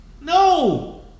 No